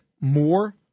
more